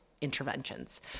interventions